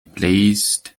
placed